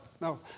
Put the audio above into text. no